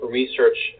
research